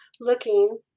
Looking